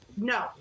No